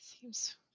seems